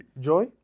joy